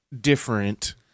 different